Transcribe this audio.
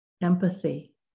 empathy